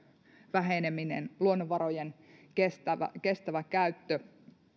väheneminen luonnonvarojen kestävä kestävä käyttö